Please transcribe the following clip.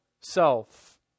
self